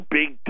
big